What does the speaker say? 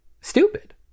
stupid